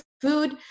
food